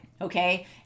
okay